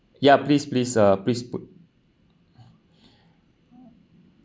ya please please uh please put